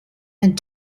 and